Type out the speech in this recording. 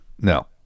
No